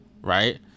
Right